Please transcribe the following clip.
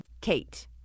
Kate